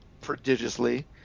prodigiously